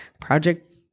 Project